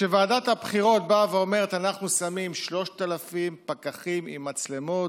כשוועדת הבחירות באה ואומרת: אנחנו שמים 3,000 פקחים עם מצלמות,